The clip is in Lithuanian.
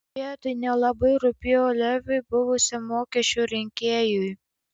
beje tai nelabai rūpėjo leviui buvusiam mokesčių rinkėjui